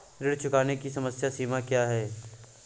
ऋण चुकाने की समय सीमा क्या है?